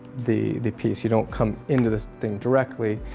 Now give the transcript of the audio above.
the. the piece. you don't come. into this thing directly.